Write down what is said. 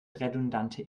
redundante